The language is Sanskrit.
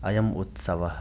अयम् उत्सवः